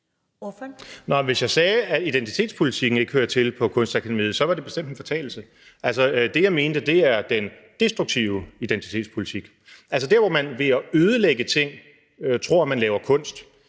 hvis jeg sagde, at identitetspolitikken ikke hører til på Kunstakademiet, var det bestemt en fortalelse. Altså: Det, jeg mente, er den destruktive identitetspolitik, altså der, hvor man ved at ødelægge ting tror, at man laver kunst,